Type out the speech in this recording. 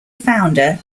founder